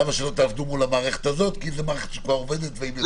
למה שלא תעבדו מול המערכת הזאת כי זאת מערכת שכבר עובדת והיא מצוינת.